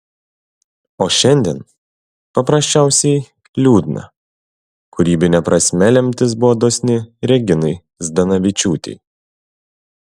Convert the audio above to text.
o šiandien paprasčiausiai liūdna kūrybine prasme lemtis buvo dosni reginai zdanavičiūtei